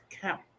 count